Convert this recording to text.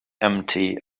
empty